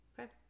okay